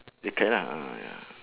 the kite lah ah ya